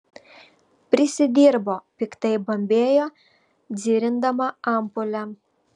prisidirbo piktai bambėjo dzirindama ampulę